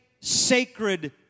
sacred